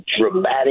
Dramatic